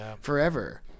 forever